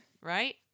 right